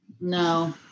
no